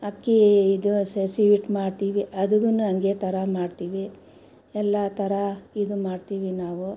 ಅಕ್ಕಿ ಇದು ಸ್ವೀಟ್ ಮಾಡ್ತೀವಿ ಅದೂ ಹಂಗೆ ಥರ ಮಾಡ್ತೀವಿ ಎಲ್ಲ ತರ ಇದು ಮಾಡ್ತೀವಿ ನಾವು